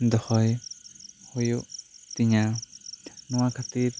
ᱫᱚᱦᱚᱭ ᱦᱩᱭᱩᱜ ᱛᱤᱧᱟᱹ ᱱᱚᱣᱟ ᱠᱷᱟᱹᱛᱤᱨ